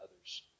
others